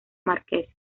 márquez